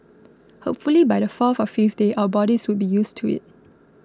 hopefully by the fourth or fifth day our bodies would be used to it